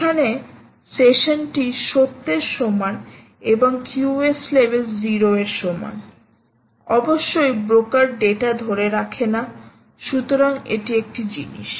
এখানে সেশনটি সত্যের সমান এবং QoS লেভেল 0 এর সমান অবশ্যই ব্রোকার ডেটা ধরে রাখে না সুতরাং এটি একটি জিনিস